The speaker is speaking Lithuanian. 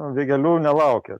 vėgėlių nelaukia